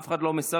אף אחד לא מסרב,